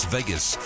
Vegas